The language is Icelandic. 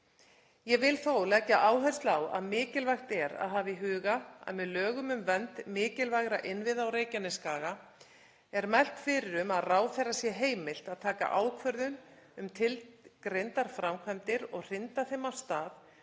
Ég vil þó leggja áherslu á að mikilvægt er að hafa í huga að með lögum um vernd mikilvægra innviða á Reykjanesskaga er mælt fyrir um að ráðherra sé heimilt að taka ákvörðun um tilgreindar framkvæmdir og hrinda þeim af stað